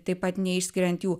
taip pat neišskiriant jų